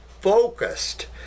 focused